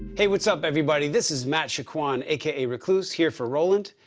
hey, what's up, everybody. this is matt chicoine aka recloose here for roland.